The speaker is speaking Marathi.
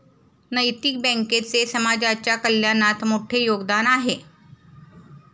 नैतिक बँकेचे समाजाच्या कल्याणात मोठे योगदान आहे